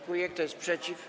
Kto jest przeciw?